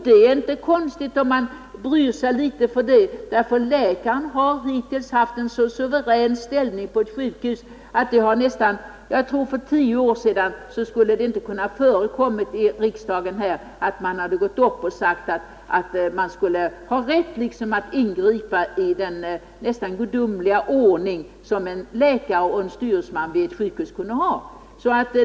Det är inte underligt om man intresserar sig för den frågan, därför att läkaren har hittills haft en helt suverän ställning på ett sjukhus, och för tio år sedan skulle det säkerligen inte ha kunnat förekomma i riksdagen att man gått upp i talarstolen och krävt rätt att ingripa i den nästan gudomliga ordningen på ett sjukhus gentemot en läkare och en styresman.